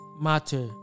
matter